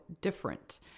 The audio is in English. different